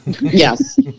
Yes